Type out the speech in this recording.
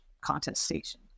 contestation